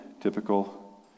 typical